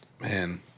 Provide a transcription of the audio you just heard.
Man